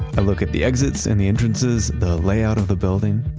i look at the exits and the entrances, the layout of the building,